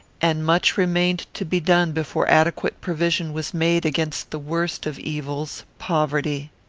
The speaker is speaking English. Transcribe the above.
and much remained to be done before adequate provision was made against the worst of evils, poverty.